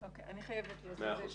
לצאת.